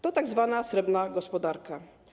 To tzw. srebrna gospodarka.